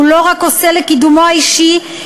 והוא לא רק עושה לקידומו האישי,